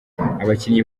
abakinnyi